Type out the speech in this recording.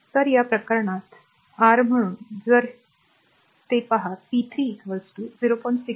तर या प्रकरणात आर म्हणून जर ते पहा p 3 r 0